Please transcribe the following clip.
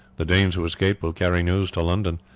the danes who escaped will carry news to london,